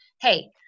Hey